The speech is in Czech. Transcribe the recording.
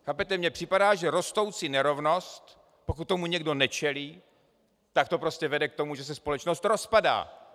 Chápete, mně připadá, že rostoucí nerovnost, pokud tomu někdo nečelí, tak to prostě vede k tomu, že se společnost rozpadá.